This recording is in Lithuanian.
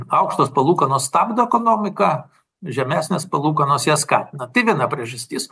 aukštos palūkanos stabdo ekonomiką žemesnės palūkanos ją skatina tai viena priežastis